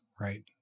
right